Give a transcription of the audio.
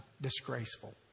disgraceful